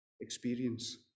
experience